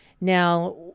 Now